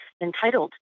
entitled